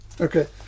Okay